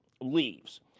leaves